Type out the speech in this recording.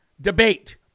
debate